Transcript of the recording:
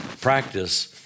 practice